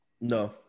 no